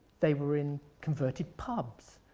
they were in converted pubs.